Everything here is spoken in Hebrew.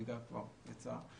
המידע כבר יצא.